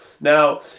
Now